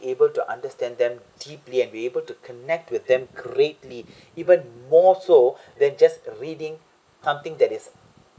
able to understand them deeply and we able to connect with them greatly even more so than just reading something that is